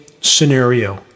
scenario